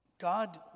God